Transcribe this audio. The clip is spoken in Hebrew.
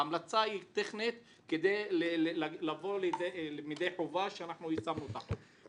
ההמלצה היא טכנית כדי לבוא לידי חובה שאנחנו יישמנו את החוק,